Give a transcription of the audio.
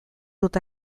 dut